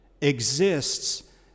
exists